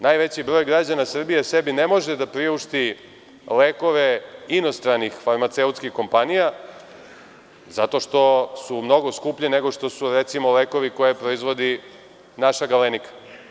Najveći broj građana Srbije sebi ne može da priušti lekove inostranih farmaceutskih kompanija zato što su mnogo skuplji nego što su, recimo, lekovi koje proizvodi naša „Galenika“